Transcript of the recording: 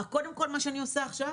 קודם כל מה שאני עושה עכשיו,